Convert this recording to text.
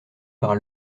par